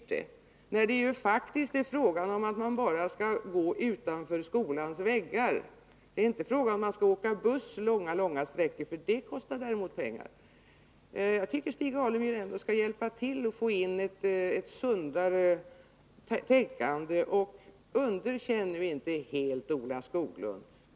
Men det är ju faktiskt bara fråga om att gå utanför skolans väggar. Det handlar alltså inte om att åka buss långa sträckor, för det kostar däremot pengar. Jag tycker att Stig Alemyr ändå bör hjälpa till att få in ett sundare tänkande. Underkänn nu inte helt Ola Skoglund.